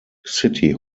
city